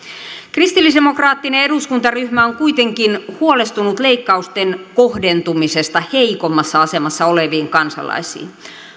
kristillisdemokraattinen eduskuntaryhmä on kuitenkin huolestunut leikkausten kohdentumisesta heikommassa asemassa oleviin kansalaisiin